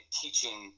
teaching